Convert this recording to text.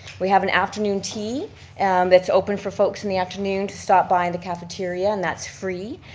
we have an afternoon tea that's open for folks in the afternoon to stop by in the cafeteria and that's free.